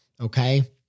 okay